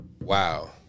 Wow